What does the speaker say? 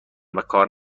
وکار